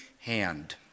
hand